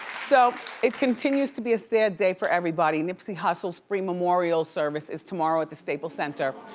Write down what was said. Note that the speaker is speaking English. so it continues to be a sad day for everybody. nipsey hussle's free memorial service is tomorrow at the staple center.